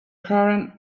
koran